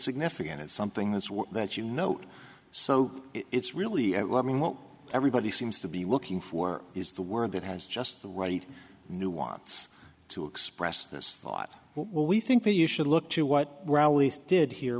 significant it's something that's one that you know so it's really what everybody seems to be looking for is the word that has just the right new wants to express this thought well we think that you should look to what rallies did here